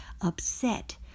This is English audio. upset